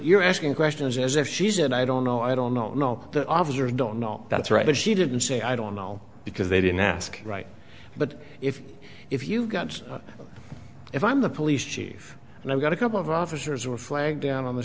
you're asking questions as if she's and i don't know i don't know know the officer and don't know that's right but she didn't say i don't know because they didn't ask right but if if you got if i'm the police chief and i've got a couple of officers were flagged down on the